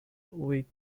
with